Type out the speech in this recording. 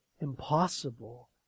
impossible